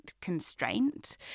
constraint